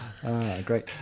Great